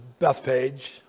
Bethpage